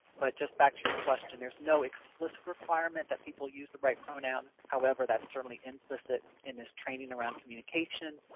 but, just back to your question, there's no explicit requirement that people use the right pronouns. however, that's certainly implicit in this training around communication.